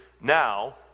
now